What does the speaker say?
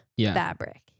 fabric